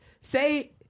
say